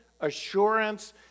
assurance